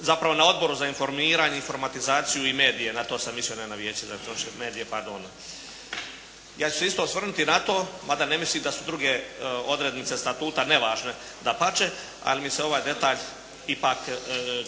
Zapravo, na Odboru za informiranje, informatizaciju i medije, na to sam mislio, ne na Vijeće za elektroničke medije, pardon. Ja ću se isto osvrnuti na to, mada ne mislim da su druge odrednice Statuta ne važne, dapače, ali mi se ovaj detalj, ipak